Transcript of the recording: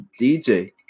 DJ